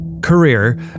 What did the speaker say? career